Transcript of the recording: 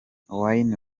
wayne